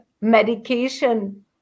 medication